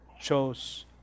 chose